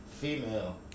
female